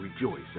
rejoice